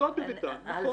עובדות בביתן, נכון.